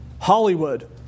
Hollywood